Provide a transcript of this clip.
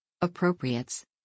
Appropriates